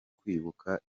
kwibuka